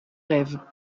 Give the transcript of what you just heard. rêves